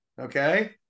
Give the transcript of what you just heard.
okay